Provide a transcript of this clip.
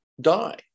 die